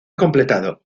completado